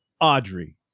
Audrey